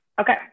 Okay